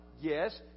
Yes